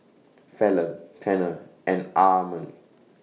Falon Tanner and Armond